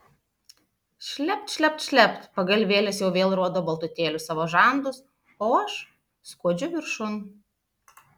šlept šlept šlept pagalvėlės jau vėl rodo baltutėlius savo žandus o aš skuodžiu viršun